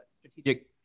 strategic